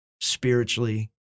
spiritually